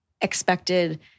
expected